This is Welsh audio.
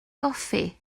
goffi